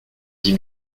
dix